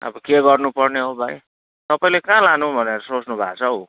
अब के गर्नु पर्ने हो भाइ तपाईँले कहाँ लानु भनेर सोच्नुभएको छ हौ